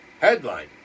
Headline